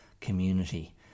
community